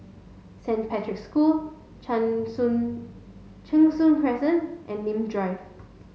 Saint Patrick's School Cheng Soon Cheng Soon Crescent and Nim Drive